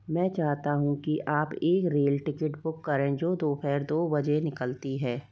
मैं चाहता हूँ कि आप एक रेल टिकट बुक करें जो दोपहर दो बजे निकलती है